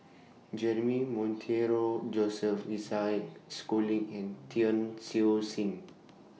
Jeremy Monteiro Joseph Isaac Schooling and Tan Siew Sin